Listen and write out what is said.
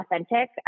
authentic